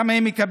כמה היא מקבלת?